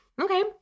Okay